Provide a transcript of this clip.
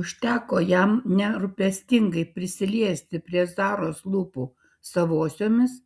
užteko jam nerūpestingai prisiliesti prie zaros lūpų savosiomis